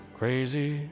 crazy